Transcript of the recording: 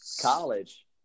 college